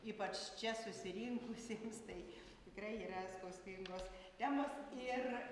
ypač čia susirinkusiems tai tikrai yra skausmingos temos ir